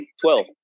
Twelve